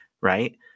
Right